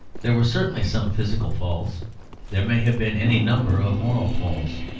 there were certainly some physical falls there may have been any number of moral falls.